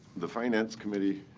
the finance committee,